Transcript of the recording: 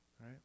Right